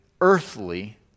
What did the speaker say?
earthly